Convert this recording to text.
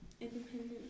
Independent